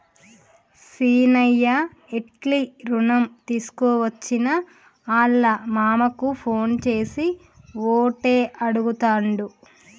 సీనయ్య ఎట్లి రుణం తీసుకోవచ్చని ఆళ్ళ మామకు ఫోన్ చేసి ఓటే అడుగుతాండు